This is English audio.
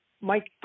Mike